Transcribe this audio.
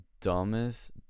dumbest